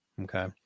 okay